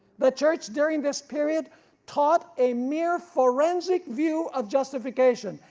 the church during this period taught a mere forensic view of justification,